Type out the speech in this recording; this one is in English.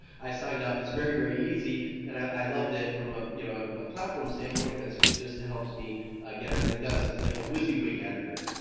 i signed up, it's very, very easy and i loved it from ah you know a platform standpoint, and it just helps me get everything done. so it's like a wizzy wig editor.